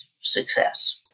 success